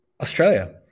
Australia